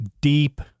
deep